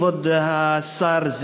כבוד השר,